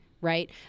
right